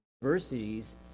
universities